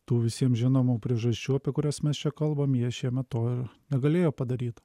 tų visiems žinomų priežasčių apie kurias mes čia kalbam jie šiemet to negalėjo padaryt